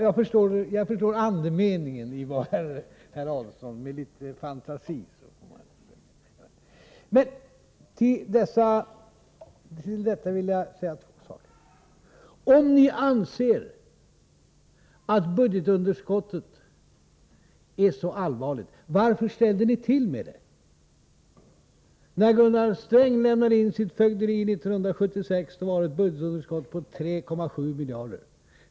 Jag förstår emellertid med litet fantasi andemeningen i vad herr Adelsohn sade. Jag vill här ta upp ett par frågor. Om ni anser att budgetunderskottet är så allvarligt, varför ställde ni då till med det? När Gunnar Sträng lämnade sitt fögderi 1976 var budgetunderskottet 3,7 miljarder.